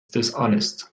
dishonest